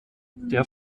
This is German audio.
der